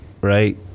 right